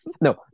no